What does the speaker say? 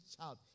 child